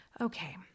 Okay